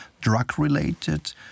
drug-related